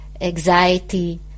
anxiety